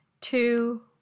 two